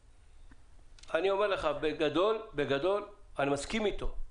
אני אומר לך שבגדול אני מסכים אתו.